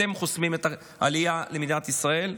אתם חוסמים את העלייה למדינת ישראל,